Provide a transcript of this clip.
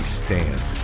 stand